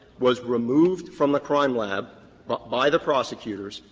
was removed from the crime lab by the prosecutors,